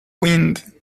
wind